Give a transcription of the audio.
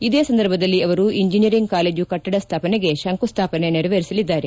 ಇದೇ ಸಂದರ್ಭದಲ್ಲಿ ಅವರು ಇಂಜಿನಿಯರಿಂಗ್ ರ ಕಾಲೇಜು ಕಟ್ಟಡ ಸ್ಥಾಪನೆಗೆ ಶಂಕುಸ್ಥಾಪನೆ ನೆರವೇರಿಸಲಿದ್ದಾರೆ